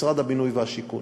משרד הבינוי והשיכון.